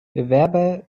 bewerber